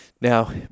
Now